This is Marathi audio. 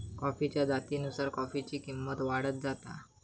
कॉफीच्या जातीनुसार कॉफीची किंमत वाढत जाता